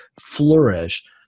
flourish